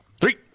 Three